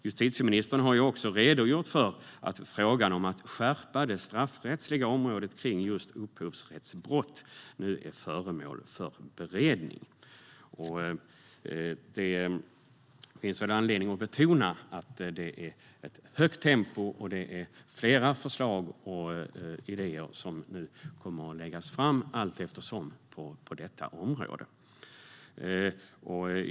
Justitieministern har också redogjort för att frågan om att skärpa det straffrättsliga på området upphovsrättsbrott nu är föremål för beredning. Det finns väl anledning att betona att det är ett högt tempo och flera förslag som allteftersom kommer att läggas fram på detta område.